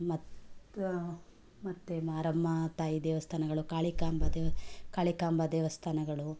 ಮತ್ತು ಮತ್ತೆ ಮಾರಮ್ಮ ತಾಯಿ ದೇವಸ್ಥಾನಗಳು ಕಾಳಿಕಾಂಬ ದೇವಿ ಕಾಳಿಕಾಂಬ ದೇವಸ್ಥಾನಗಳು